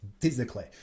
physically